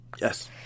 Yes